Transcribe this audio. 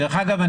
דרך אגב,